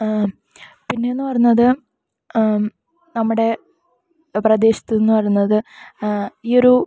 പിന്നെന്ന് പറയുന്നത് നമ്മടെ പ്രദേശത്ത് എന്നുപറയുന്നത് ഈയൊരു